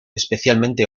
especialmente